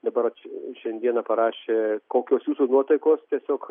dabar va čia šiandieną parašė kokios jūsų nuotaikos tiesiog